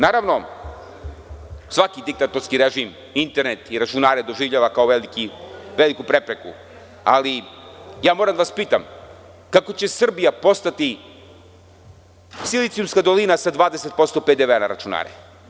Naravno, svaki diktatorski režim internet i računare doživljava kao veliku prepreku, ali moram da vas pitam kako će Srbija postati silicijumska dolina sa 20% PDV na računare?